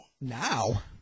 Now